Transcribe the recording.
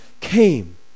came